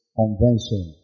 convention